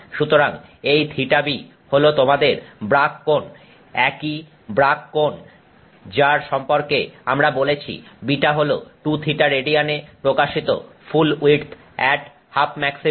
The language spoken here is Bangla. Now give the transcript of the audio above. সুতরাং এই θb হলো তোমাদের ব্রাগ কোণ একই ব্রাগ কোণ যার সম্পর্কে আমরা বলেছি বিটা হল 2θ রেডিয়ানে প্রকাশিত full width at half maximum